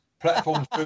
platforms